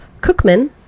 Cookman